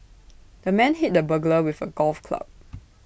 the man hit the burglar with A golf club